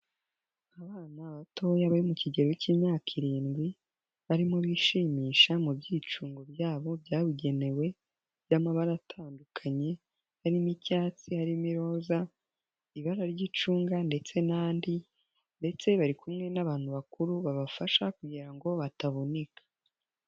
Abana batoya bari mu kigero cy'imyaka irindwi, barimo bishimisha mu byicungo byabo byabugenewe by'amabara atandukanye, harimo icyatsi, arimo iroza, ibara ry'icunga, ndetse n'andi, ndetse bari kumwe n'abantu bakuru babafasha kugira ngo batavunika.